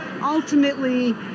Ultimately